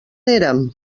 érem